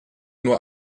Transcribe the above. nur